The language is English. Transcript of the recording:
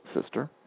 sister